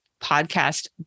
podcast